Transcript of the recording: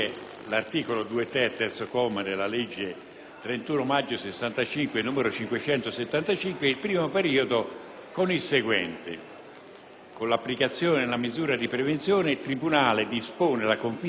31 maggio 1965, n. 575, il primo periodo con il seguente: «Con l'applicazione della misura di prevenzione, il tribunale dispone la confisca dei beni sequestrati di cui la persona,